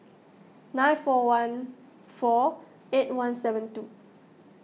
nine four one four eight one seven two